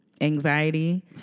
anxiety